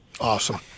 Awesome